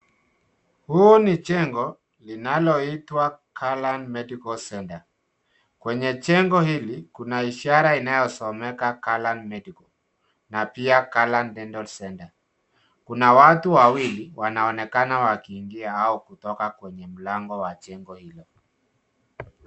Huu ni jengo linaloitwa garlands medical centre . Kwenye jengo hili , kuna ishara inayosomeka garland medical na pia garland dental centre . Kuna watu wawili wanaonekana wakiingia au kutoka kwenye mlango wa jengo hilo.